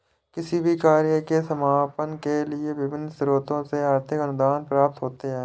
किसी भी कार्य के संपादन के लिए विभिन्न स्रोतों से आर्थिक अनुदान प्राप्त होते हैं